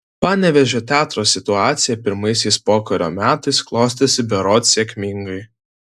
panevėžio teatro situacija pirmaisiais pokario metais klostėsi berods sėkmingai